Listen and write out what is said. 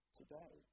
today